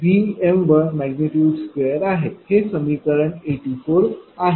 हे समीकरण 84 आहे